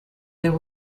there